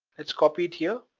let's copy it here.